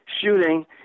shooting